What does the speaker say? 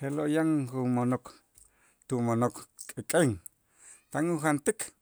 je'lo' yan jo' monok tu mo'nok k'ek'en tan ujantik